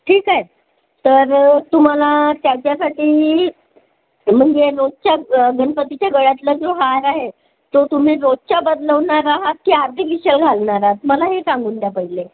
ठीक आहे तर तुम्हाला त्याच्यासाठी म्हणजे रोजच्या गणपतीच्या गळ्यातला जो हार आहे तो तुम्ही रोजच्या बदलवणार आहात की आर्टिफिशीयल घालणार आहात मला हे सांगून द्या पहिले